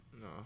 No